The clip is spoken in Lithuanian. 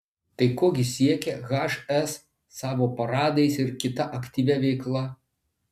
tai ko gi siekia hs savo paradais ir kita aktyvia veikla